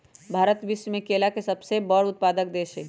भारत विश्व में केला के सबसे बड़ उत्पादक देश हई